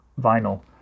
vinyl